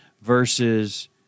versus